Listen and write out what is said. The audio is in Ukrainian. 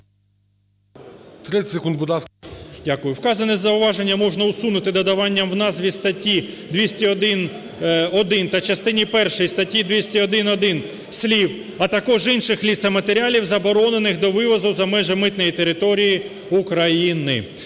Вказані зауваження можна усунути додаванням у назві статті 201-1 та частині першій статті 201-1 слів "а також інших лісоматеріалів, заборонених до вивозу за межі митної території України".